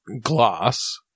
glass